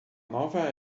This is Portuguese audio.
nova